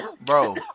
Bro